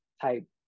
type